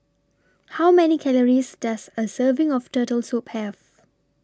How Many Calories Does A Serving of Turtle Soup Have